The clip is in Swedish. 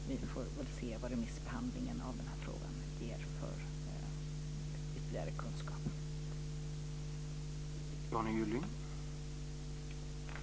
Vi får se vilken ytterligare kunskap som remissbehandlingen av frågan ger.